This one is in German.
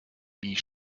wie